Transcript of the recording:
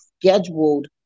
scheduled